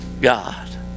God